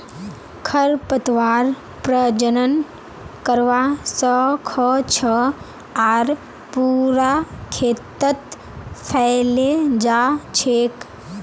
खरपतवार प्रजनन करवा स ख छ आर पूरा खेतत फैले जा छेक